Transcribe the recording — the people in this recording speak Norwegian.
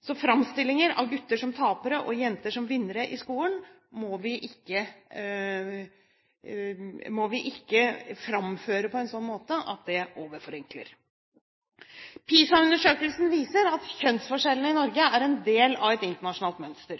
Så framstillinger av gutter som tapere og jenter som vinnere i skolen må vi ikke framføre på en sånn måte at det overforenkler. PISA-undersøkelsen viser at kjønnsforskjellene i Norge er en del av et internasjonalt mønster.